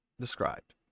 described